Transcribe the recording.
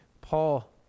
Paul